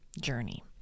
journey